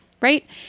right